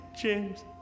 James